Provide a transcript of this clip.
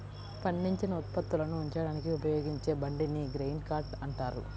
పండించిన ఉత్పత్తులను ఉంచడానికి ఉపయోగించే బండిని గ్రెయిన్ కార్ట్ అంటారు